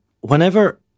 whenever